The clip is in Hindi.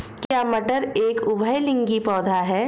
क्या मटर एक उभयलिंगी पौधा है?